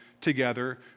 together